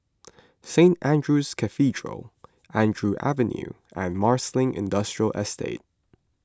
Saint andrew's Cathedral Andrew Avenue and Marsiling Industrial Estate